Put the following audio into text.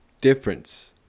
difference